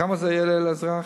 כמה זה יעלה לאזרח?